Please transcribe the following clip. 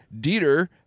Dieter